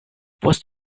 post